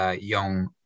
young